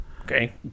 okay